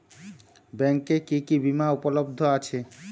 ব্যাংকে কি কি বিমা উপলব্ধ আছে?